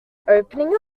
opening